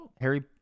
Harry